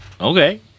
Okay